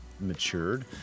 matured